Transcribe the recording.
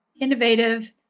innovative